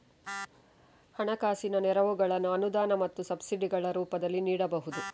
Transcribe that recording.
ಹಣಕಾಸಿನ ನೆರವುಗಳನ್ನು ಅನುದಾನ ಮತ್ತು ಸಬ್ಸಿಡಿಗಳ ರೂಪದಲ್ಲಿ ನೀಡಬಹುದು